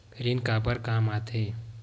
ऋण काबर कम आथे?